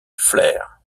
flair